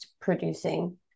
producing